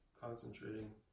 concentrating